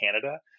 Canada